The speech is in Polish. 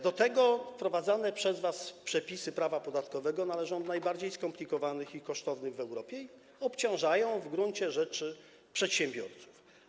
Do tego wprowadzane przez was przepisy prawa podatkowego należą do najbardziej skomplikowanych i kosztownych w Europie i obciążają w gruncie rzeczy przedsiębiorców.